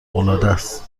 العادست